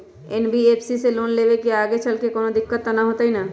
NBFC से loan लेबे से आगेचलके कौनो दिक्कत त न होतई न?